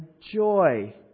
joy